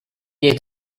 est